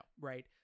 right